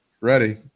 Ready